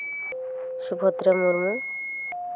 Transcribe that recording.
Subhadra Murmu